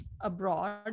abroad